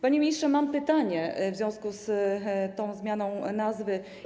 Panie ministrze, mam pytanie w związku z tą zmianą nazwy.